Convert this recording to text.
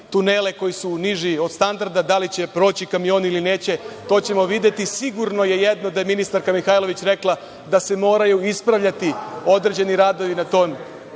tunele koji su niži od standarda, da li će proći kamion ili neće to ćemo videti. I sigurno je jedno da je ministarka Mihajlović rekla da se moraju ispravljati određeni radovi na tom